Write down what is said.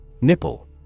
Nipple